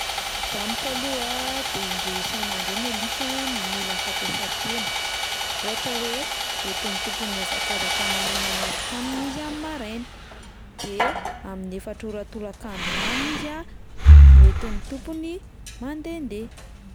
Raha amiko aloha a, de indroa isan'andro eo ny alika no mila fampiasan-tena, ohatra hoe hoentin'ny tompony mihazakazaka maraina miaraka aminy izy amin'ny maraina, de amin'ny efatra ora tolakandro any izy a hoentin'ny tompony mandehandeha.